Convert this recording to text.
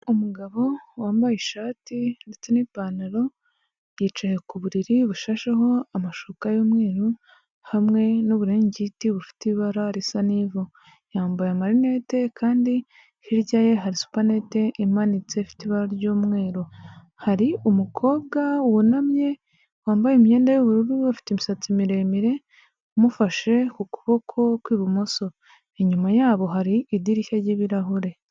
Umugabo wambaye ishati ndetse n'ipantaro, yicaye ku buriri bushasheho amashuka y'umweru, hamwe n'uburingiti bufite ibara risa n'ivu, yambaye amarinete kandi hirya ye hari supanete imanitse, ifite ibara ry'umweru, hari umukobwa wunamye, wambaye imyenda y'ubururu, ufite imisatsi miremire, amufashe k'ukuboko kw'ibumoso, inyuma yabo hari idirishya ry'ibirahure.